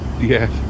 Yes